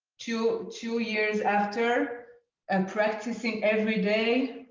two two years after and practicing everyday,